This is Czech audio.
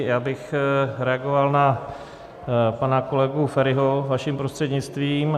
Já bych reagoval na pana kolegu Feriho, vaším prostřednictvím.